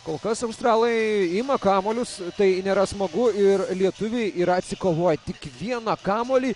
kol kas australai ima kamuolius tai nėra smagu ir lietuviai yra atsikovoję tik vieną kamuolį